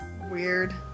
Weird